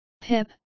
Pip